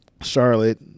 Charlotte